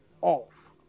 off